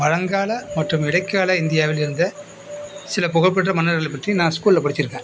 பழங்கால மற்றும் இடைக்கால இந்தியாவில் இருந்த சில புகழ் பெற்ற மன்னர்கள பற்றி நான் ஸ்கூலில் படித்திருக்கேன்